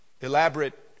elaborate